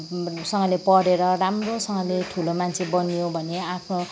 राम्रोसँगले पढेर राम्रोसँगले ठुलो मान्छे बन्यो भने आफू